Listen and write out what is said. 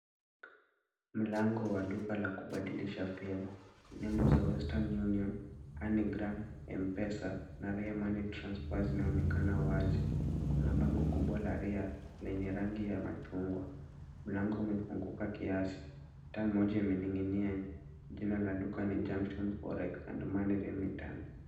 Mlango wa duka la kubadilisha fedha. Nembo za Western Union, MoneyGram, M-Pesa na Rare Money Transfer zinaonekana wazi. Kuna bango kubwa la Rare lenye rangi ya machungwa. Mlango umefunguka kiasi. Taa moja imening'inia. Jina la duka ni Junction Forex and Money Remitant.